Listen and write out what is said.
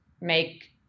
make